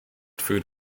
food